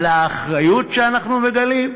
על האחריות שאנחנו מגלים?